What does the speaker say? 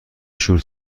شور